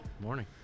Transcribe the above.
Morning